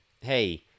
hey